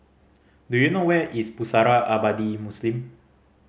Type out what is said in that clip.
do you know where is Pusara Abadi Muslim